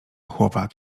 chłopak